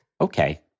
Okay